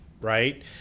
right